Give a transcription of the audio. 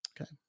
okay